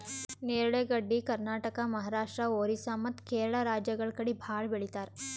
ನೇರಳೆ ಗಡ್ಡಿ ಕರ್ನಾಟಕ, ಮಹಾರಾಷ್ಟ್ರ, ಓರಿಸ್ಸಾ ಮತ್ತ್ ಕೇರಳ ರಾಜ್ಯಗಳ್ ಕಡಿ ಭಾಳ್ ಬೆಳಿತಾರ್